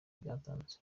byatanze